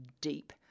deep